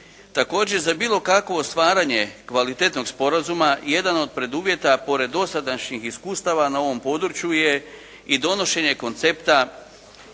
Također za bilo kakvo stvaranje kvalitetnog sporazuma jedan od preduvjeta pored dosadašnjih iskustava na ovom području je i donošenje koncepta